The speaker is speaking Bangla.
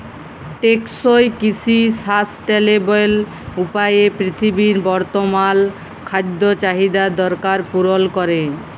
টেকসই কিসি সাসট্যালেবেল উপায়ে পিরথিবীর বর্তমাল খাদ্য চাহিদার দরকার পুরল ক্যরে